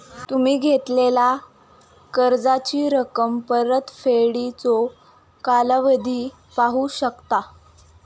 तुम्ही घेतलेला कर्जाची रक्कम, परतफेडीचो कालावधी पाहू शकता